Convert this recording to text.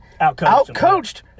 outcoached